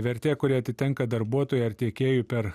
vertė kuri atitenka darbuotojui ar tiekėjui per